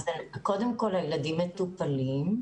אז קודם כל הילדים מטופלים.